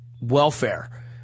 welfare